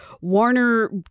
Warner